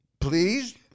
Please